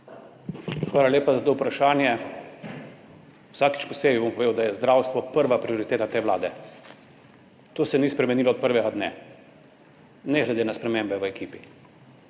Hvala lepa za to vprašanje. Vsakič posebej bom povedal, da je zdravstvo prva prioriteta te vlade. To se ni spremenilo od prvega dne, ne glede na spremembe v ekipi.